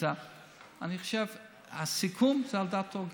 אני חושב שהסיכום הוא גם על דעתו.